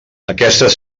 aquestes